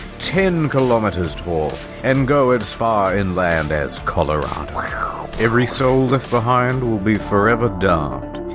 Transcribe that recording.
ten kilometers tall. and go as far inland as colorado. every soul left behind will be forever damned.